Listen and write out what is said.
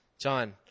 John